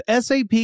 SAP